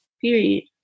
Period